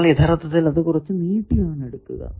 എന്നാൽ യഥാർത്ഥത്തിൽ അത് കുറച്ചു നീട്ടിയാണ് എടുക്കുക